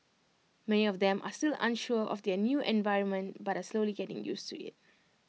many of them are still unsure of their new environment but are slowly getting used to IT